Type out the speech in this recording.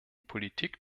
politik